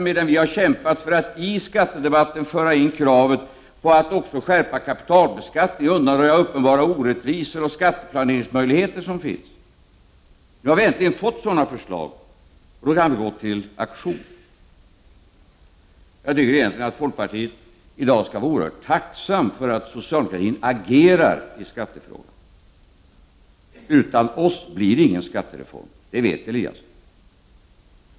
Vi socialdemokrater har kämpat för att man i skattedebatten skall föra in kravet på att skärpa kapitalbeskattningen och att undanröja uppenbara orättvisor och de möjligheter till skatteplanering som finns. Nu har regeringen äntligen fått sådana förslag, och den har gått till aktion. Jag tycker egentligen att man i folkpartiet i dag skall vara utomordentligt tacksamma för att socialdemokraterna agerar i skattefrågan. Utan oss blir det ingen skattereform — det vet Ingemar Eliasson.